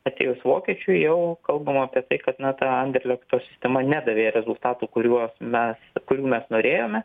atėjus vokiečiui jau kalbama apie tai kad na ta anderlekto sistema nedavė rezultatų kuriuos mes kurių mes norėjome